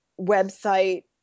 website